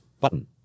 Button